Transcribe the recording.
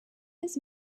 his